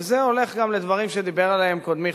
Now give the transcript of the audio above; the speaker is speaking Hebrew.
וזה הולך גם לדברים שדיבר עליהם קודמי,